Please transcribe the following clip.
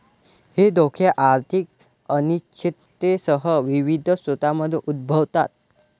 हे धोके आर्थिक अनिश्चिततेसह विविध स्रोतांमधून उद्भवतात